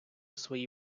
свої